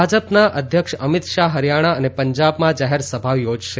ભાજપના અધ્યક્ષ અમિત શાહ હરિયાણા અને પંજાબમાં જાહેર સભાઓ યોજશે